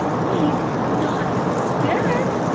he's not dead?